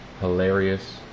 hilarious